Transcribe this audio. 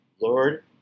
Lord